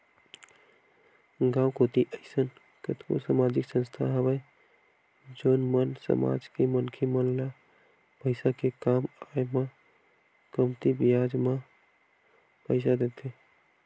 गाँव कोती अइसन कतको समाजिक संस्था हवय जउन मन समाज के मनखे मन ल पइसा के काम आय म कमती बियाज म पइसा देथे